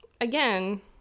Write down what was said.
Again